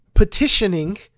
petitioning